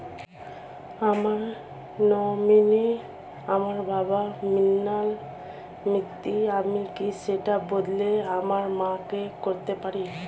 আমার নমিনি আমার বাবা, মৃণাল মিত্র, আমি কি সেটা বদলে আমার মা কে করতে পারি?